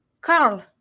Carl